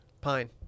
Pine